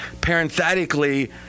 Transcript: Parenthetically